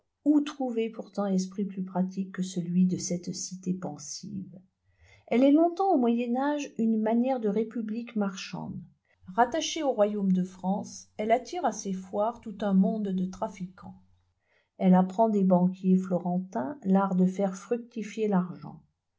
où trouver pourtant esprit plus pratique que celui de cette cité pensive elle est longtemps au moyen âge une manière de république marchande rattachée au royaume de france elle attire à ses foires tout un monde de trafiquants elle apprend des banquiers florentins l'art de faire fructifier l'argent